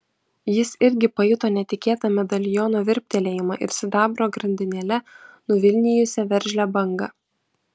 jis irgi pajuto netikėtą medaliono virptelėjimą ir sidabro grandinėle nuvilnijusią veržlią bangą